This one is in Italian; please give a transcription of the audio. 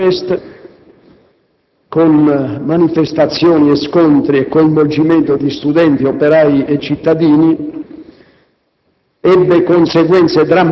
L'insurrezione di Budapest, con manifestazioni, scontri e coinvolgimento di studenti, operai e cittadini,